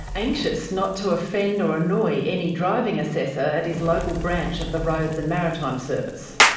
anxious not to offend or annoy any driving assessor at his local branch of the roads and maritime service.